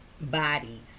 Bodies